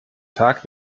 tag